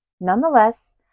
Nonetheless